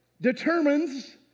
determines